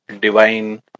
divine